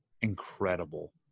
incredible